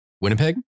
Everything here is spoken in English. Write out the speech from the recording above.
Winnipeg